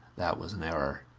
that was an error.